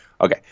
Okay